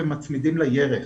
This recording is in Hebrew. ומצמידים לירך.